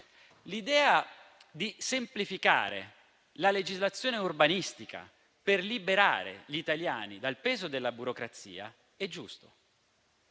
L'idea di semplificare la legislazione urbanistica per liberare gli italiani dal peso della burocrazia è giusta.